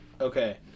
Okay